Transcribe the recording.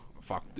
fuck